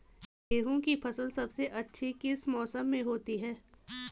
गेहूँ की फसल सबसे अच्छी किस मौसम में होती है